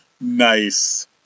Nice